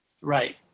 Right